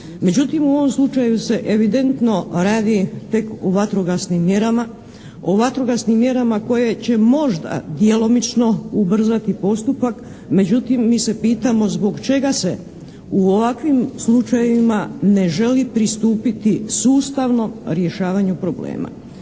Međutim u ovom slučaju se evidentno radi tek o vatrogasnim mjerama. O vatrogasnim mjerama koje će možda djelomično ubrzati postupak međutim mi se pitamo zbog čega se u ovakvim slučajevima ne želi pristupiti sustavnom rješavanju problema.